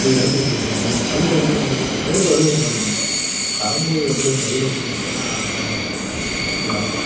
போய் எடுத்துக்கிட்டுருக்க முடியாது நீங்கள் கையில் வந்து இங்குட்டு சைடு வருவீங்களா நீங்கள் வரும்போது அப்படி என் கையில் கொடுத்துட்டீங்கன்னா நல்லது நல்லாயிருக்கும்